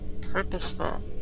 purposeful